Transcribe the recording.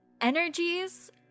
energies